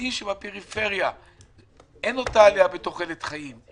רואים שבפריפריה אין את אותה עליה בתוחלת החיים,